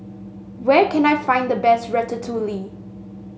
where can I find the best Ratatouille